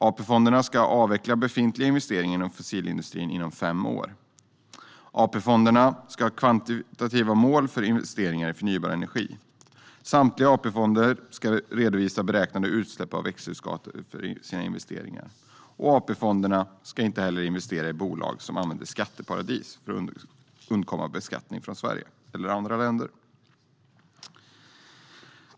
AP-fonderna ska inom fem år avveckla befintliga investeringar i fossilindustrin. AP-fonderna ska ha kvantitativa ma°l fo ̈r investeringar i fo ̈rnybar energi. Samtliga AP-fonder ska redovisa bera ̈knade utsla ̈pp av va ̈xthusgaser fo ̈r sina investeringar. AP-fonderna ska inte investera i bolag som anva ̈nder skatteparadis fo ̈r att undkomma beskattning från Sverige eller andra länder.